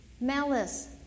Malice